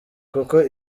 kuko